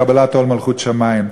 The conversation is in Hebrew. קבלת עול מלכות שמים,